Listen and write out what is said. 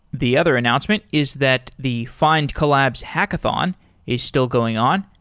the other announcement is that the findcollabs hackathon is still going on.